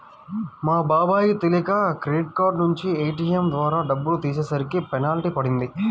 మా బాబాయ్ కి తెలియక క్రెడిట్ కార్డు నుంచి ఏ.టీ.యం ద్వారా డబ్బులు తీసేసరికి పెనాల్టీ పడింది